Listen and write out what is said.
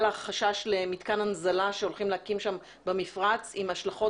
החשש למתקן הנזלה שהולכים להקים שם במפרץ עם השלכות